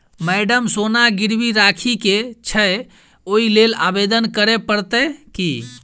Madam सोना गिरबी राखि केँ छैय ओई लेल आवेदन करै परतै की?